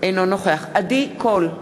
אינו נוכח עדי קול,